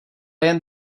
jen